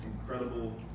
incredible